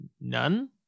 none